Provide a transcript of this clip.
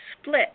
split